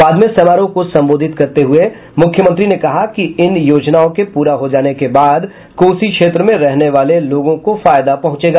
बाद में समारोह को संबोधित करते हुए मुख्यमंत्री ने कहा कि इन योजनाओं के पूरा हो जाने के बाद कोसी क्षेत्र में रहने वालों लोगों को फायदा पहुंचेगा